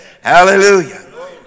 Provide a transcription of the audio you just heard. Hallelujah